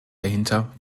dahinter